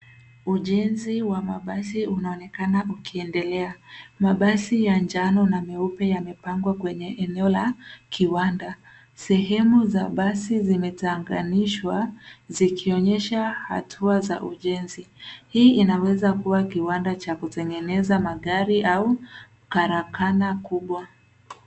Ujenzi wa mabasi unaonekana ukiendelea. Mabasi ya njano na meupe yamepangwa kwenye eneo la kiwanda. Sehemu za basi zimetenganishwa zikionyesha hatua za ujenzi. Hii inaweza kuwa kiwanda cha kutengeneza magari au karakana kubwa.